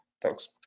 Thanks